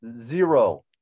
Zero